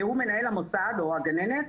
שהוא מנהל המוסד, או הגננת,